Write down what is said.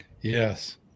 Yes